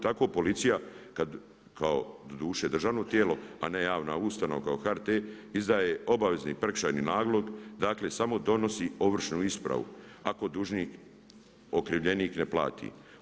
Tako policija kada kao doduše državno tijelo, a ne javna ustanova kao HRT, izdaje obavezni prekršajni nalog samo donosi ovršnu ispravu, ako dužnik okrivljenik ne plati.